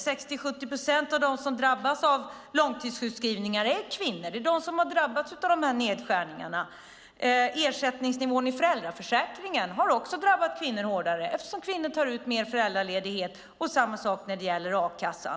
60-70 procent av dem som drabbas av långtidssjukskrivningar är kvinnor. Det är de som har drabbats av de här nedskärningarna. Ersättningsnivån i föräldraförsäkringen har också drabbat kvinnor hårdare, eftersom kvinnor tar ut mer föräldraledighet. Och det är samma sak när det gäller a-kassan.